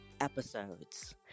episodes